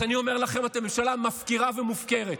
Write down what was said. אז אני אומר לכם, אתם ממשלה מפקירה ומופקרת.